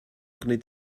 gwneud